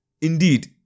indeed